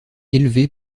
élevé